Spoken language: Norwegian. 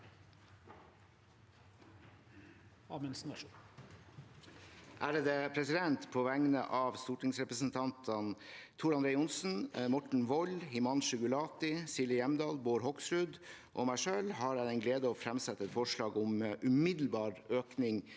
(FrP) På vegne av stortingsrepresentantene Tor André Johnsen, Morten Wold, Himanshu Gulati, Silje Hjemdal, Bård Hoksrud og meg selv har jeg den glede å fremsette et forslag om umiddelbar økning